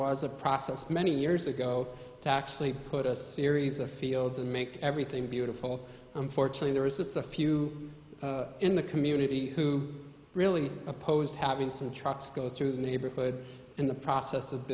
was a process many years ago to actually put a series of fields and make everything beautiful unfortunately there was just a few in the community who really opposed happiness and trucks go through the neighborhood in the process of